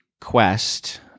quest